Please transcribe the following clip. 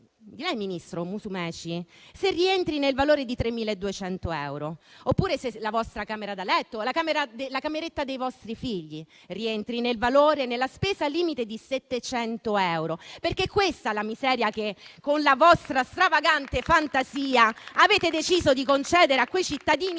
sua, ministro Musumeci, rientri nella cifra di 3.200 euro, oppure se la vostra camera da letto o la cameretta dei vostri figli rientri nella spesa limite di 700 euro, perché è questa la miseria che con la vostra stravagante fantasia avete deciso di concedere a quei cittadini,